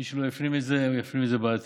מי שלא הפנים את זה יפנים את זה בעתיד,